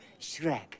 Shrek